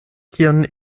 kion